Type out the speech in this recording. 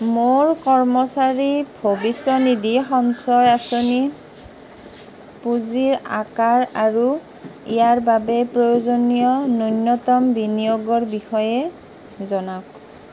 মোৰ কৰ্মচাৰী ভৱিষ্যনিধি সঞ্চয় আঁচনিৰ পুঁজিৰ আকাৰ আৰু ইয়াৰ বাবে প্ৰয়োজনীয় ন্যূনতম বিনিয়োগৰ বিষয়ে জনাওক